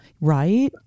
right